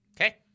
okay